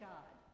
God